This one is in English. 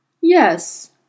Yes